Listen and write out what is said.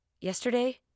yesterday